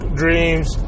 dreams